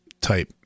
type